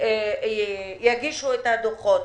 שיגישו את הדוחות.